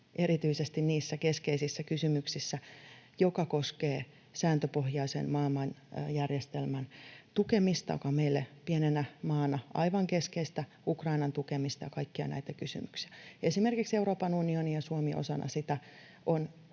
erityisesti niissä keskeisissä kysymyksissä, jotka koskevat sääntöpohjaisen maailmanjärjestelmän tukemista, joka on meille pienenä maana aivan keskeistä: Ukrainan tukemisessa ja kaikissa näissä kysymyksissä. Esimerkiksi Euroopan unioni ja Suomi osana sitä on